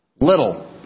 Little